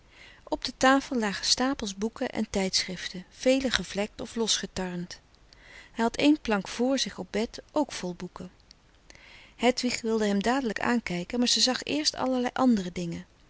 op de tafel lagen stapels boeken en tijdschriften velen gevlekt of los getarnd hij had een plank vr zich op bed ook vol boeken hedwig wilde hem dadelijk aankijken maar ze zag eerst allerlei andere dingen